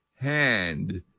hand